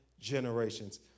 generations